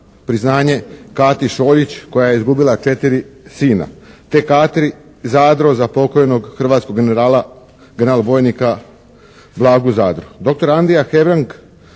priznanje Kati Šoljić koja je izgubila četiri sina, te Kati Zadro za pokojnog hrvatskog generala, general-bojnika Blagu Zadru.